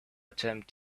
attempt